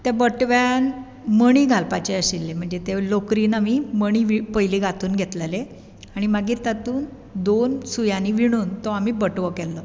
ते बटव्यान मणी घालपाचे आशिल्ले म्हणजे लेकरीन आमी मणी पयले घातून घेतलेले तातूंत दोन सुयांनी विणून तो आमी बटवो केल्लो